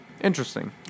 interesting